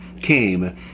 came